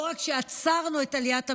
לא רק שעצרנו את עליית המחירים,